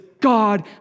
God